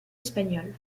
espagnole